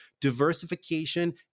diversification